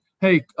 Hey